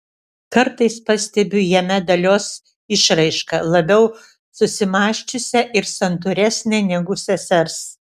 kartais pastebiu jame dalios išraišką labiau susimąsčiusią ir santūresnę negu sesers